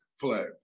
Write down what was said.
flag